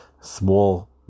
small